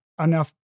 enough